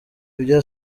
ibyo